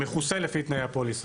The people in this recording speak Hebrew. המכוסה על פי תנאי הפוליסה.